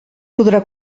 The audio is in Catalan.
podrà